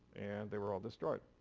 and they were all destroyed